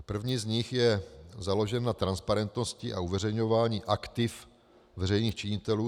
První z nich je založen na transparentnosti a uveřejňování aktiv veřejných činitelů.